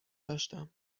داشتم